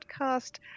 podcast